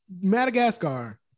Madagascar